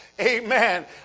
amen